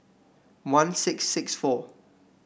one six six four